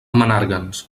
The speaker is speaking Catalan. menàrguens